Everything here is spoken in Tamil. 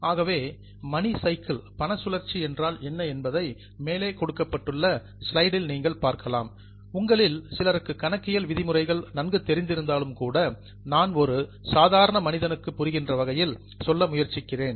ஆகவே மணி சைக்கிள் பண சுழற்சி என்றால் என்பதை மேலே கொடுக்கப்பட்டுள்ள ஸ்லைட்டில் நீங்கள் பார்க்கலாம் உங்களில் சிலருக்கு கணக்கியல் விதிமுறைகள் நன்கு தெரிந்திருந்தாலும் கூட நான் ஒரு லெமேன் சாதாரண மனிதனுக்கு புரிகின்ற வகையில் சொல்ல முயற்சிக்கிறேன்